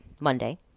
Monday